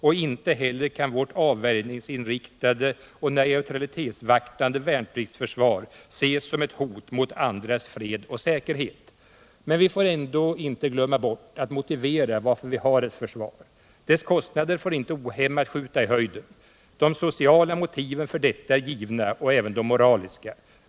Och inte heller kan vårt avvärjningsinriktade och neutralitetsvaktande värnpliktsförsvar ses som ett hot mot andras fred och säkerhet. Men vi får ändå inte glömma bort att motivera varför vi har ett försvar. Dess kostnader får inte ohämmat skjuta i höjden. De sociala motiven för detta är givna och även de moraliska.